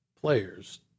players